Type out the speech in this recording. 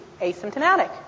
asymptomatic